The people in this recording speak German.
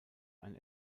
ein